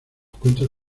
cuentos